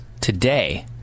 today